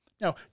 Now